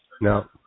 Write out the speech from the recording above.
No